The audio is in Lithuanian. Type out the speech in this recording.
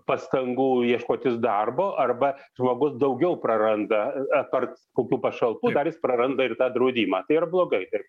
pastangų ieškotis darbo arba žmogus daugiau praranda apart kokių pašalpų dar jis praranda ir tą draudimą tai ar blogai tai